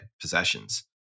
possessions